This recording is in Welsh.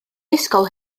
ysgol